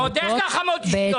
ועוד איך גחמות אישיות.